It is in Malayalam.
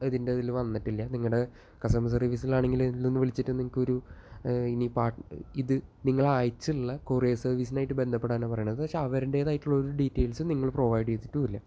അത് എന്റെ കൈയിൽ വന്നിട്ടില്ല നിങ്ങളുടെ കസ്റ്റമർ സർവീസിലാണെങ്കിലും വിളിച്ചിട്ടും നിങ്ങൾക്കൊരു ഇനി ഇപ്പം ഇത് നിങ്ങൾ അയച്ചിട്ടുള്ള കൊറിയർ സർവീസിലായിട്ട് ബന്ധപെടാനാണ് പറയുന്നത് പക്ഷെ അവരുടേതായിട്ടുള്ള ഒരു ഡീറ്റയിൽസും നിങ്ങൾ പ്രൊവൈഡ് ചെയ്തിട്ടുമില്ല